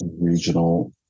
Regional